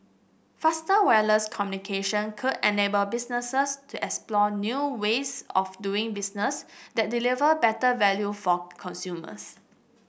faster wireless communication could enable businesses to explore new ways of doing business that deliver better value for consumers